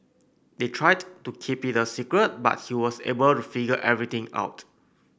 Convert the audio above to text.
they tried to keep it a secret but he was able to figure everything out